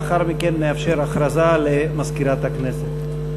לאחר מכן נאפשר הכרזה למזכירת הכנסת.